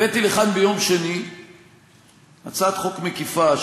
הבאתי לכאן ביום שני הצעת חוק מקיפה,